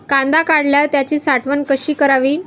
कांदा काढल्यावर त्याची साठवण कशी करावी?